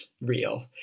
Real